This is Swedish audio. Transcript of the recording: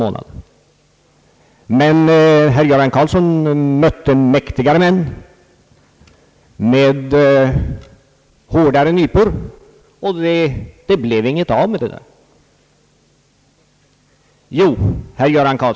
Men herr Göran Karlsson mötte mäktigare män med hårdare nypor, och det blev inget av med våra planer.